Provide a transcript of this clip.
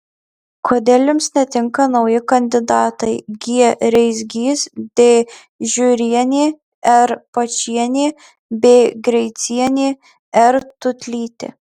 kodėl jums netinka nauji kandidatai g reisgys d žiurienė r paičienė b greicienė r tūtlytė